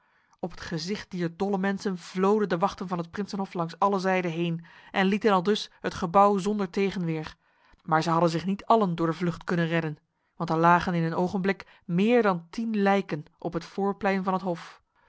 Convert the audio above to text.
op het gezicht dier dolle mensen vloden de wachten van het prinsenhof langs alle zijden heen en lieten aldus het gebouw zonder tegenweer maar zij hadden zich niet allen door de vlucht kunnen redden want er lagen in een ogenblik meer dan tien lijken op het voorplein van het hof